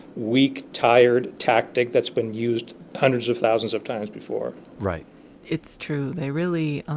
weak tired tactic that's been used hundreds of thousands of times before right it's true they really